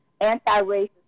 anti-racist